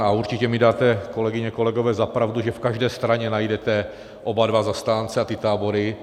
A určitě mi dáte, kolegyně, kolegové, za pravdu, že v každé straně najdete oba dva zastánce a tábory.